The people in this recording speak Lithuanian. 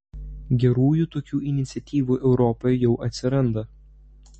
gerųjų tokių iniciatyvų europoje jau atsiranda